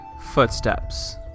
footsteps